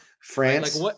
France